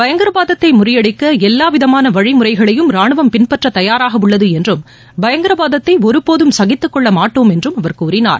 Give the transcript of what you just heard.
பயங்கரவாதத்தை முறியடிக்க எல்லாவிதமான வழிமுறைகளையும் ராணுவம் பின்பற்ற தயாராக உள்ளது என்றும் பயங்கரவாதத்தை ஒருபோதும் சகித்துக் கொள்ள மாட்டோம் என்றும் அவர் கூறினார்